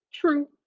true